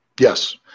Yes